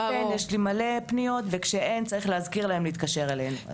יש לי מלא פניות וכשאין צריך להזכיר להם להתקשר אלינו.